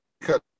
cut